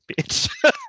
bitch